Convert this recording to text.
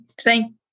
thank